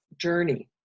journey